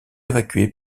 évacuées